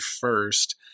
first